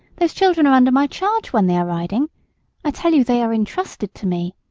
those children are under my charge when they are riding i tell you they are intrusted to me.